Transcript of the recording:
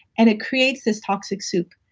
and it creates this toxic soup.